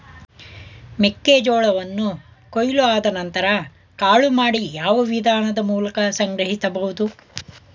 ಮೆಕ್ಕೆ ಜೋಳವನ್ನು ಕೊಯ್ಲು ಆದ ನಂತರ ಕಾಳು ಮಾಡಿ ಯಾವ ವಿಧಾನದ ಮೂಲಕ ಸಂಗ್ರಹಿಸಬಹುದು?